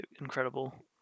incredible